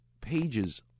pages